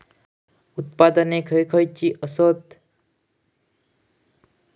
उपकरणे खैयची खैयची आसत?